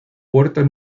puerto